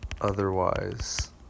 otherwise